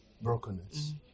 Brokenness